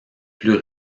plus